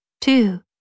Two